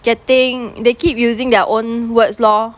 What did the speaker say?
getting they keep using their own words lor